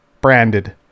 branded